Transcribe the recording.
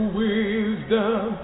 wisdom